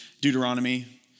Deuteronomy